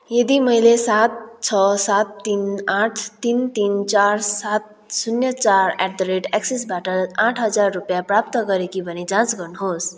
यदि मैले सात छ सात तिन आठ तिन तिन चार सात शून्य चार एट दि रेट एक्सिसबाट आठ हजार रुपियाँ प्राप्त गरेँ कि भनी जाँच गर्नुहोस्